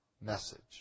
message